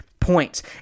points